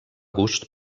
gust